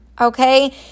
okay